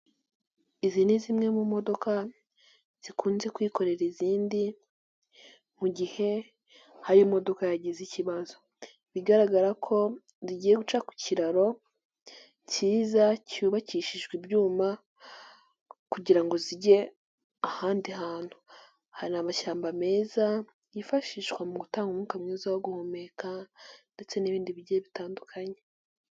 Izi ni zimwe mu modoka zikunze kwikorera izindi mu gihe hari imodoka yagize ikibazo, bigaragara ko zigiye guca ku kiraro kiza cyubakishijwe ibyuma kugira ngo zijye ahandi hantu, hari amashyamba meza yifashishwa mu gutanga umwuka mwiza wo guhumeka ndetse n'ibindi bigiye bitandukanye.